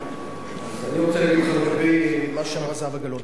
אז אני רוצה להגיד לך לגבי מה שאמרה זהבה גלאון.